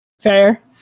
fair